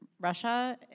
Russia